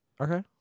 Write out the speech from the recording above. Okay